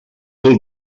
all